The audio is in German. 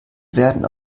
werden